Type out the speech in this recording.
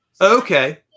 Okay